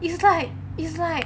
it's like it's like